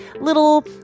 little